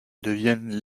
deviennent